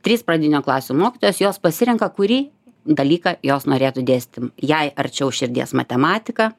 trys pradinių klasių mokytojos jos pasirenka kurį dalyką jos norėtų dėstyti jai arčiau širdies matematika